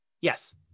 Yes